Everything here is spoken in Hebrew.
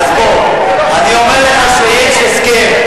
אז בוא, אני אומר לך שיש הסכם.